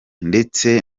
ndetse